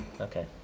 Okay